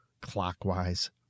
Clockwise